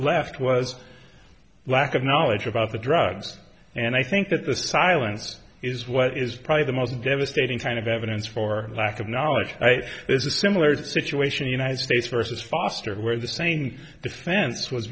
left was lack of knowledge about the drugs and i think that the silence is what is probably the most devastating kind of evidence for lack of knowledge there's a similar situation the united states versus foster where the same defense was